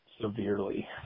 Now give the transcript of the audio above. severely